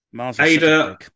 Ada